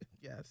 Yes